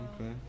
Okay